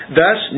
thus